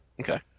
Okay